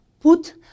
put